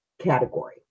Category